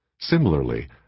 Similarly